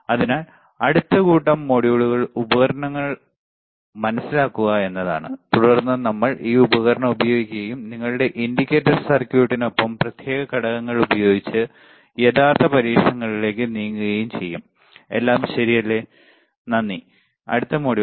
അതിനാൽ അടുത്ത കൂട്ടം മൊഡ്യൂളുകൾ ഉപകരണങ്ങൾ മനസിലാക്കുക എന്നതാണ് തുടർന്ന് നമ്മൾ ഈ ഉപകരണം ഉപയോഗിക്കുകയും നിങ്ങളുടെ ഇൻഡിക്കേറ്റർ സർക്യൂട്ടുകൾക്കൊപ്പം പ്രത്യേക ഘടകങ്ങൾ ഉപയോഗിച്ച് യഥാർത്ഥ പരീക്ഷണങ്ങളിലേക്ക് നീങ്ങുകയും ചെയ്യും എല്ലാം ശരിയല്ലേ